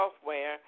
software